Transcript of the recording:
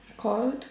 called